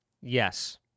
Yes